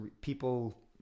people